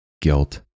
Guilt